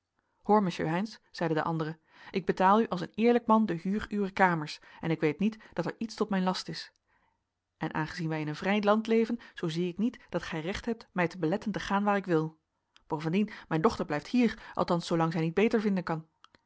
zeide de andere ik betaal u als een eerlijk man de huur uwer kamers en ik weet niet dat er iets tot mijn last is en aangezien wij in een vrij land leven zoo zie ik niet dat gij recht hebt mij te beletten te gaan waar ik wil bovendien mijn dochter blijft hier althans zoolang zij niet beter vinden kan